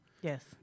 Yes